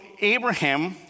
Abraham